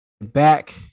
back